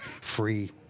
free